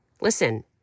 Listen